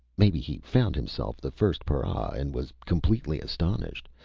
maybe he found himself the first para and was completely astonished.